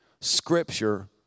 Scripture